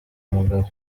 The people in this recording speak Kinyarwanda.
umugabo